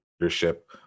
leadership